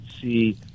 see